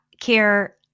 care